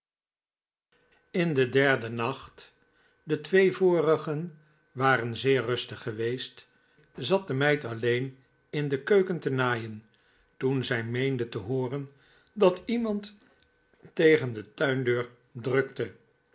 in den derden nacht de twee vorigen waren zeer rustig geweest zat de meid alleen in de keuken te naaien toen zij meende te hooren dat iemand tegen de tuindeur drukte